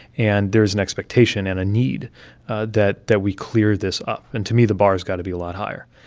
and there's an expectation and a need that that we clear this up, and to me, the bar has got to be a lot higher.